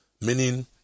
Meaning